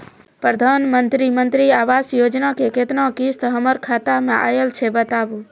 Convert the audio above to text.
प्रधानमंत्री मंत्री आवास योजना के केतना किस्त हमर खाता मे आयल छै बताबू?